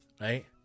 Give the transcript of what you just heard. right